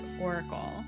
Oracle